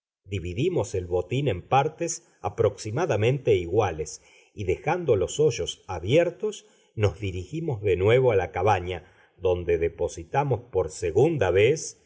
dividimos el botín en partes aproximadamente iguales y dejando los hoyos abiertos nos dirigimos de nuevo a la cabaña donde depositamos por segunda vez